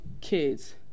kids